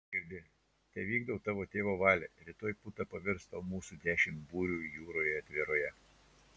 girdi tevykdau tavo tėvo valią rytoj puta pavirs tau mūsų dešimt burių jūroje atviroje